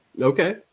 Okay